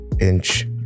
inch